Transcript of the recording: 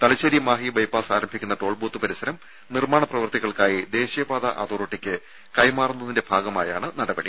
Thalassery Mahe bypass ആരംഭിക്കുന്ന toll booth പരിസരം നിർമ്മാണ പ്രവൃത്തികൾക്കായി ദേശീയപാതാ അതോറിറ്റിക്ക് കൈമാറുന്നതിന്റെ ഭാഗമായാണ് നടപടി